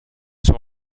sont